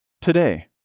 today